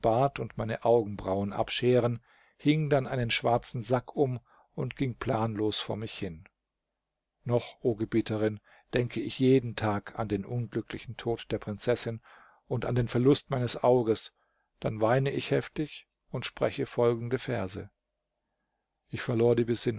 und meine augenbrauen abscheren hing dann einen schwarzen sack um und ging planlos vor mich hin noch o gebieterin denke ich jeden tag an den unglücklichen tod der prinzessin und an den verlust meines auges dann weine ich heftig und spreche folgende verse ich verlor die besinnung